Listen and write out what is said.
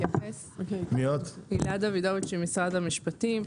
משרד המשפטים.